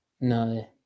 No